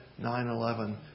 9-11